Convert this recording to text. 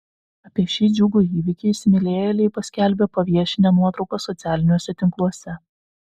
apie šį džiugų įvykį įsimylėjėliai paskelbė paviešinę nuotraukas socialiniuose tinkluose